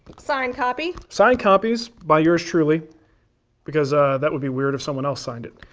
signed copy. signed copies by yours truly because ah that would be weird if someone else signed it.